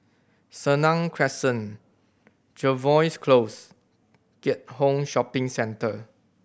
Senang Crescent Jervois Close Keat Hong Shopping Centre